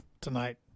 tonight